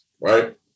right